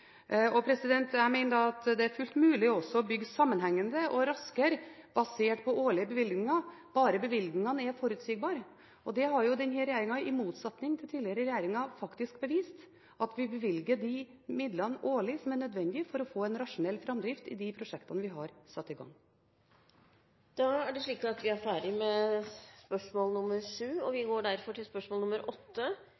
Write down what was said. er fullt mulig å bygge sammenhengende og raskere basert på årlige bevilgninger, bare bevilgningene er forutsigbare. Det har denne regjeringen i motsetning til tidligere regjeringer faktisk bevist, at vi bevilger de midlene årlig som er nødvendig for å få en rasjonell framdrift i de prosjektene vi har satt i gang. Spørsmål 7 er allerede behandlet. Spørsmålet gjelder bypakker: «De tre mørebyene har i samarbeid med Statens vegvesen og fylket utarbeidet bypakker for mer miljøvennlig transport. I kommunenes vedtak er bompenger og